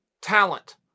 talent